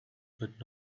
but